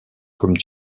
comme